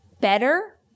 better